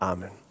Amen